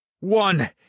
one